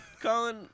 Colin